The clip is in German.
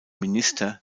minister